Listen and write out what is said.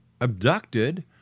abducted